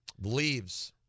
Leaves